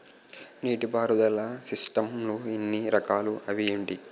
నీటిపారుదల సిస్టమ్ లు ఎన్ని రకాలు? అవి ఏంటి?